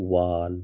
वाल